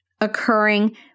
occurring